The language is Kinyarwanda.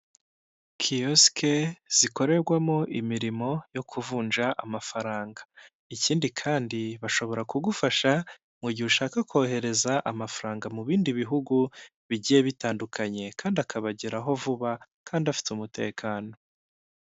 Kiyosike zikorerwamo imirimo yo kuvunja amafaranga, ikindi kandi bashobora kugufasha mu gihe ushaka kohereza amafaranga mu bindi bihugu bigiye bitandukanye, kandi akabageraho vuba, kandi afite umutekano.